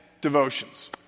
devotions